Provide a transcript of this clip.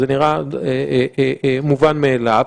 זה נראה מובן מאליו.